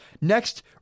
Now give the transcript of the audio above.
Next